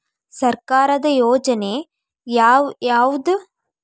ಸರ್ಕಾರದ ಯೋಜನೆ ಯಾವ್ ಯಾವ್ದ್?